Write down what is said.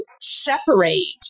separate